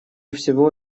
всего